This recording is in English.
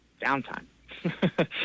downtime